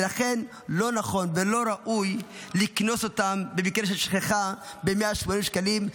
ולכן לא נכון ולא ראוי לקנוס אותם במקרה של שכחה ב-180 שקלים.